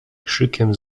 krzykiem